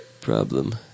problem